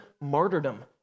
martyrdom